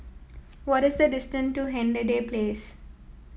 what is the distance to Hindhede Place